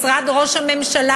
משרד ראש הממשלה,